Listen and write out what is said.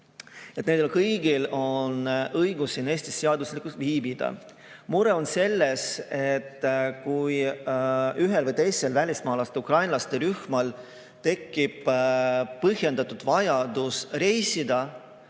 Nendel kõigil on õigus siin Eestis seaduslikult viibida. Mure on selles, et ühel või teisel välismaalaste, ukrainlaste rühmal võib tekkida põhjendatud vajadus reisida,